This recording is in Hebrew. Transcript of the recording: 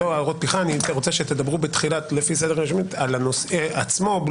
הייתי רוצה שתדברו בתחילה לפי סדר היושבים על הנושא עצמו.